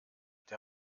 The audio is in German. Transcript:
der